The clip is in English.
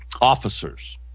officers